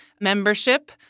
membership